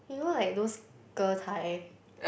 you know like those Getai